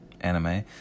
anime